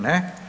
Ne.